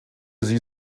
sie